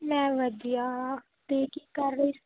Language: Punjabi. ਮੈਂ ਵਧੀਆ ਅਤੇ ਕੀ ਕਰ ਰਹੀ ਸੀ